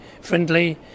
friendly